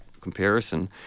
comparison